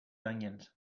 onions